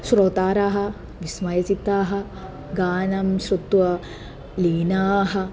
श्रोताराः विस्मयचित्ताः गानं श्रुत्वा लीनाः